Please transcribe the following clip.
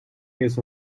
years